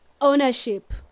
ownership